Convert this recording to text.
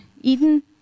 Eden